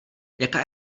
jaká